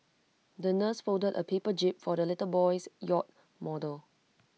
the nurse folded A paper jib for the little boy's yacht model